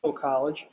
college